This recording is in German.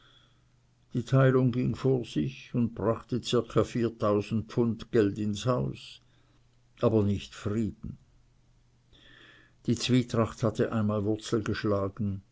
die teilung ging vor sich und brachte zirka pfund geld ins haus aber nicht frieden die zwietracht hatte einmal wurzel geschlagen